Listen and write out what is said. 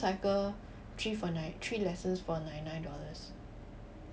cycle three for nine three lessons for ninety nine dollars